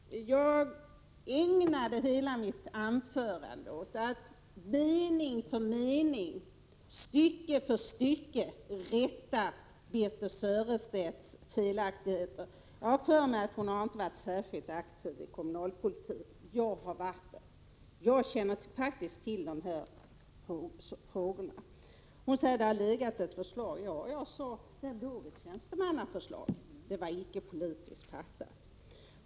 Herr talman! Jag ägnade hela mitt anförande åt att mening för mening, stycke för stycke, rätta Birthe Sörestedts felaktigheter. Jag har för mig att hon inte har varit särskilt aktiv i kommunalpolitiken. Det har jag varit. Jag känner faktiskt till de här frågorna. Birthe Sörestedt säger att det har funnits ett förslag av den innebörd som hon angivit i interpellationen. Ja, jag sade att det fanns ett sådant tjänstemannaförslag, men det hade inte fattats något politiskt beslut om det.